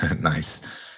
Nice